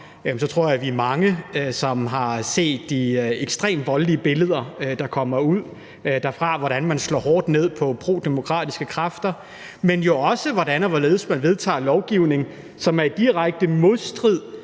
tror jeg, vi er mange, som har set de ekstremt voldelige billeder, der kommer ud derfra – hvordan man slår hårdt ned på prodemokratiske kræfter, men jo også hvordan man vedtager lovgivning, som er i direkte modstrid